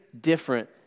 different